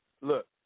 look